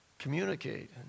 communicate